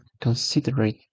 considerate